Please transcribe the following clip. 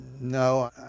No